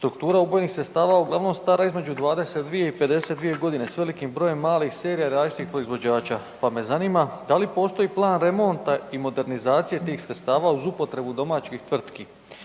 struktura ubojnih sredstava uglavnom stara između 22-je i 52-je godine s velikim brojem malih serija različitih proizvođača, pa me zanima da li postoji plan remonta i modernizacije tih sredstava uz upotrebu domaćih tvrtki?